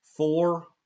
four